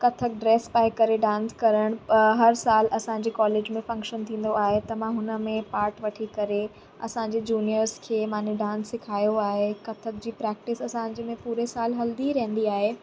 Kathak dress पाए करे dance करणु हर साल असांजी कॉलेज में फंक्शन थींदो आहे त मां हुन में पार्ट वठी करे असांजे जूनियर्स खे मां डांस सिखायो आहे कथक जी प्रैक्टिस असांजे में पूरे साल हलंदी ई रहंदी आहे